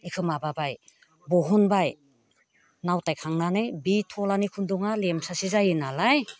बेखौ माबाबाय दिहुनबाय नावथाय खांनानै बे थलानै खुन्दुङा लेमसा जायो नालाय